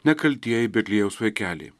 nekaltieji betliejaus vaikeliai